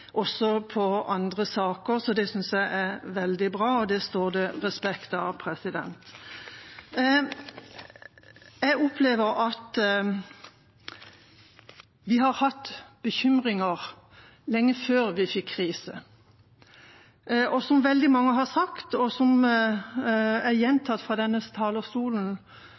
også i andre saker. Det synes jeg er veldig bra, og det står det respekt av. Jeg opplever at vi har hatt bekymringer lenge før vi fikk krise. Som veldig mange har sagt, og som er gjentatt fra